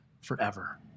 forever